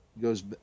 goes